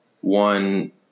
one